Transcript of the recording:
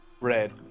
Red